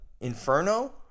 Inferno